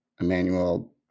Emmanuel